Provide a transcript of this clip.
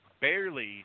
barely